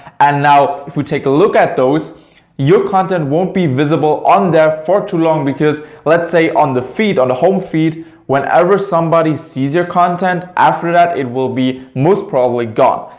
and now if we take a look at those your content won't be visible on there for too long. because let's say on the feed, on the home feed whenever somebody sees your content after that it will be most probably gone.